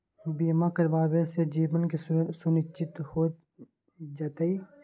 बीमा करावे से जीवन के सुरक्षित हो जतई?